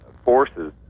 forces